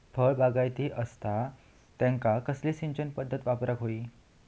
फळबागायती असता त्यांका कसली सिंचन पदधत वापराक होई?